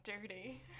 dirty